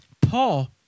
Paul